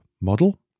model